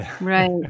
right